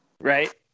Right